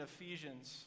Ephesians